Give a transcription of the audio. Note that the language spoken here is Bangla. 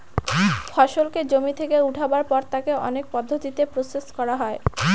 ফসলকে জমি থেকে উঠাবার পর তাকে অনেক পদ্ধতিতে প্রসেস করা হয়